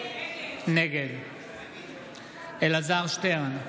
נגד אלעזר שטרן,